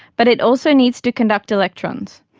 but it also needs to conduct electrons.